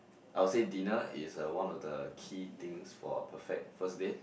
I'll say dinner is uh one of the key things for a perfect first date